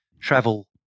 travel